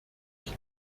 ich